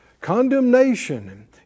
condemnation